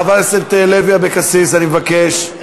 חברת הכנסת לוי אבקסיס, אני מבקש.